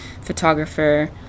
photographer